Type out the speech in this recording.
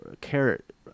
carrot